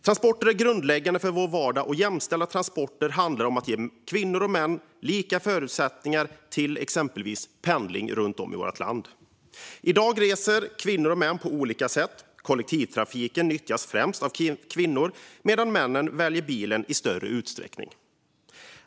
Transporter är grundläggande för vår vardag, och jämställda transporter handlar om att ge kvinnor och män lika förutsättningar till exempelvis pendling runt om i vårt land. I dag reser kvinnor och män på olika sätt: Kollektivtrafiken nyttjas främst av kvinnor medan män väljer bilen i större utsträckning.